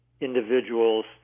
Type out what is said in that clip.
individuals